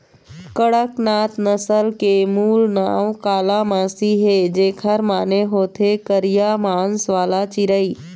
कड़कनाथ नसल के मूल नांव कालामासी हे, जेखर माने होथे करिया मांस वाला चिरई